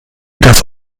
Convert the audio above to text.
das